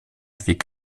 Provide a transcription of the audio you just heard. wyk